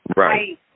right